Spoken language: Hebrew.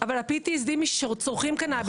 ה-PTSD צורכים קנביס.